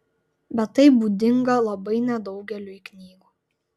bet tai būdinga labai nedaugeliui knygų